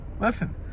listen